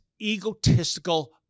egotistical